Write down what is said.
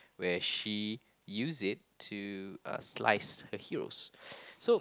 where she use it to uh slice heroes so